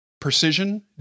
Precision